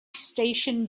station